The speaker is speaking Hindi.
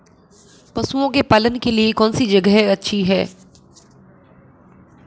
पशुओं के पालन के लिए कौनसी जगह अच्छी है?